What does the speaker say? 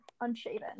unshaven